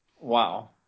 Wow